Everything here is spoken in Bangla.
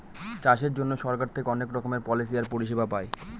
চাষের জন্য সরকার থেকে অনেক রকমের পলিসি আর পরিষেবা পায়